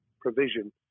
provision